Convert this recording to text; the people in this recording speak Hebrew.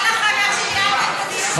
4080, 4084, 4097, 4102, 4114 ו-4136.